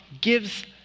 gives